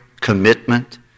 commitment